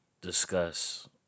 discuss